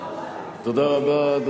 תודה רבה.